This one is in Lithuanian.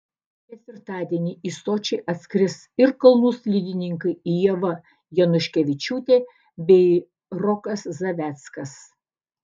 ketvirtadienį į sočį atskris ir kalnų slidininkai ieva januškevičiūtė bei rokas zaveckas